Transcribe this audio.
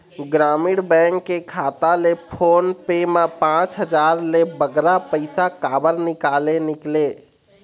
ग्रामीण बैंक के खाता ले फोन पे मा पांच हजार ले बगरा पैसा काबर निकाले निकले?